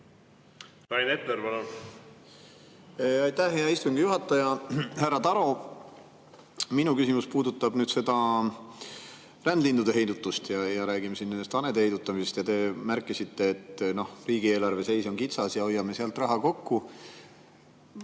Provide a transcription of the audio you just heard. Aitäh, hea istungi juhataja! Härra Taro! Minu küsimus puudutab rändlindude heidutust. Räägime just hanede heidutamisest. Te märkisite, et riigieelarve seis on kitsas ja hoiame sealt raha kokku.